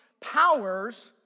powers